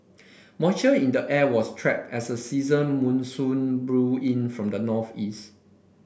moisture in the air was trapped as a season monsoon blew in from the northeast